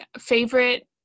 favorite